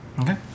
Okay